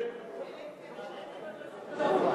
על הנגב אתה מתכוון?